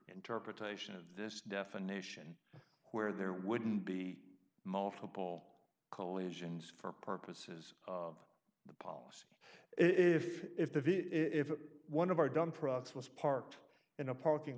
interpretation of this definition where there wouldn't be multiple collisions for purposes of the policy if if the if one of our dump rocks was parked in a parking